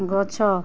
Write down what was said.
ଗଛ